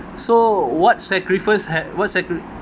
so what sacrifice had what sacri~